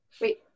wait